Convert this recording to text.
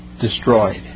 destroyed